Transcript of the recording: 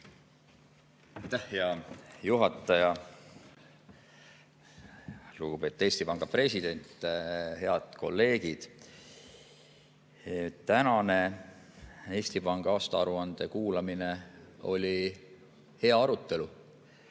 hea juhataja! Lugupeetud Eesti Panga president! Head kolleegid! Tänane Eesti Panga aastaaruande kuulamine oli hea arutelu.